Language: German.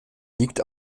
liegt